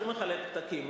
הוא מחלק פתקים,